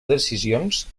decisions